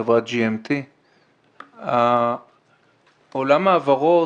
חברת GMT. עולם העברות,